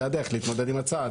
זה הדרך להתמודד עם הצעד.